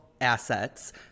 assets